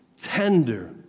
tender